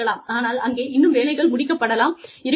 ஆனால் அங்கே இன்னும் வேலைகள் முடிக்கப்படலாம் இருக்கலாம்